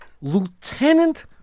Lieutenant